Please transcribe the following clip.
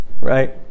Right